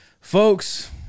Folks